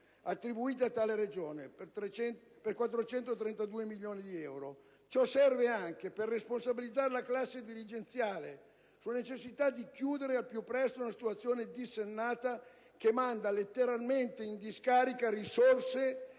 attribuiti a tale Regione, per 432 milioni di euro. Ciò serve anche per responsabilizzare la classe dirigente sulla necessità di chiudere al più presto una situazione dissennata, che manda letteralmente in discarica risorse